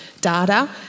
data